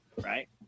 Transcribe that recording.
Right